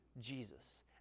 Jesus